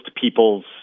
people's